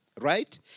right